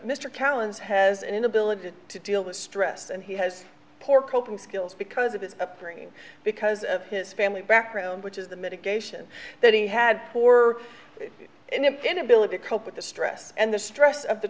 callan's has an inability to deal with stress and he has poor coping skills because of his upbringing because of his family background which is the medication that he had for him and ability to cope with the stress and the stress of the